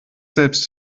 selbst